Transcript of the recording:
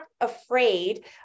afraid